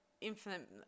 infinite